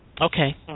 Okay